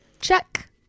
check